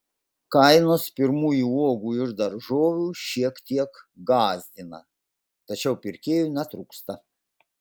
kainos pirmųjų uogų ir daržovių šiek tiek gąsdina tačiau pirkėjų netrūksta